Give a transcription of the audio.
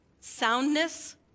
soundness